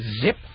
zip